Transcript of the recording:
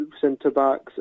centre-backs